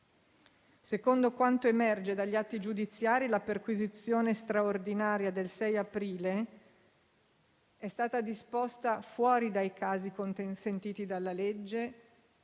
Secondo quanto emerge dagli atti giudiziari, la perquisizione straordinaria del 6 aprile è stata disposta fuori dai casi consentiti dalla legge,